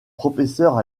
professeur